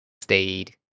stayed